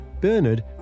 Bernard